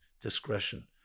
discretion